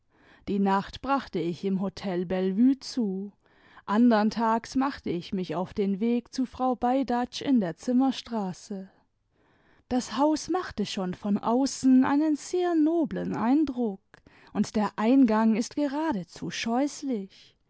die nacht brachte ich im hotel bellevue zu andern tages machte ich mich auf den weg zu frau beidatsch in der zimmerstraße das haus macht schon von außen einen sehr noblen eindruck und der eingang ist geradezu